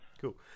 Cool